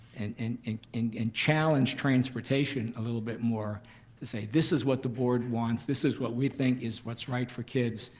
and and and and challenge transportation a little bit more to say this is what the board wants. this is what we think is what's right for kids.